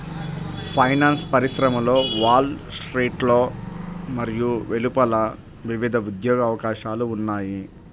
finance పరిశ్రమలో wall స్ట్రీట్లో మరియు వెలుపల వివిధ ఉద్యోగ అవకాశాలు ఉన్నాయి